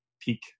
peak